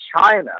China